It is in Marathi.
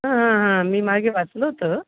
हां हां हां मी मागे वाचलं होतं